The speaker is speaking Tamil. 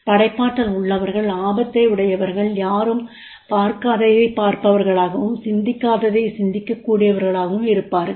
படைப்பாற்றல் உள்ளவர்கள் ஆபத்தை உடையவர்கள் யாரும் பார்க்காததைப் பார்ப்பவர்களாகவும் சிந்திக்காததை சிந்திக்கக்கூடியவர்களாகவும் இருப்பார்கள்